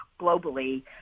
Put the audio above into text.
globally